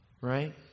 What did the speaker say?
Right